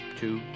two